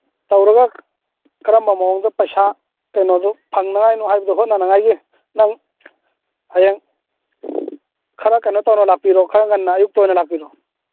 ꯇꯧꯔꯒ ꯀꯔꯝꯕ ꯃꯑꯣꯡꯗ ꯄꯩꯁꯥ ꯀꯩꯅꯣꯗꯨ ꯐꯪꯅꯉꯥꯏ ꯅꯈꯣꯏꯅ ꯍꯥꯏꯕꯗꯨ ꯍꯣꯠꯅꯅꯉꯥꯏꯒꯤ ꯅꯪ ꯍꯌꯦꯡ ꯈꯔ ꯀꯩꯅꯣ ꯇꯧꯅ ꯂꯥꯛꯄꯤꯔꯣ ꯈꯔ ꯉꯟꯅ ꯑꯌꯨꯛꯇ ꯑꯣꯏꯅ ꯂꯥꯛꯄꯤꯔꯣ